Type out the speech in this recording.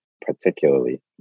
particularly